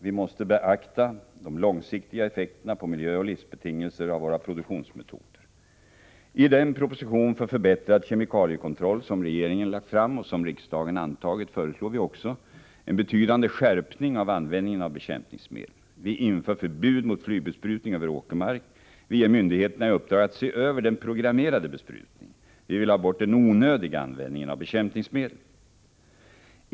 Vi måste beakta de långsiktiga effekterna på miljö och livsbetingelser av våra produktionsmetoder. fram och riksdagen antagit föreslår vi också en betydande skärpning av användningen av bekämpningsmedel. Vi inför förbud mot flygbesprutning över åkermark. Vi ger myndigheterna i uppdrag att se över den programmerade besprutningen. Vi vill ha bort den onödiga användningen av bekämpningsmedel.